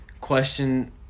question